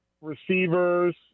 receivers